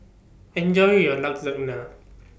Enjoy your Lasagna